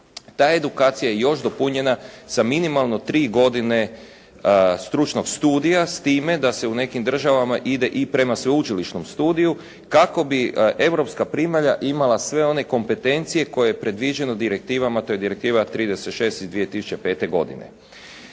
ta edukacija je još dopunjena sa minimalno 3 godine stručnog studija s time da se u nekim državama ide i prema sveučilišnom studiju kako bi europska primalja imala sve one kompetencije koje je predviđeno direktivama. To je direktiva 36 iz 2005. godine.